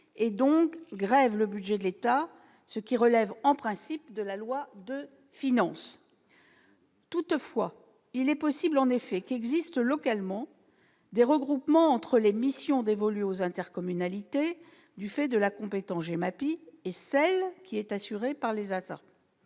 et donc grève le budget de l'État : une telle mesure relève en principe de la loi de finances. Toutefois, il est possible qu'existent localement des regroupements entre les missions dévolues aux intercommunalités du fait de la compétence GEMAPI et celle qui est assurée par les ASA.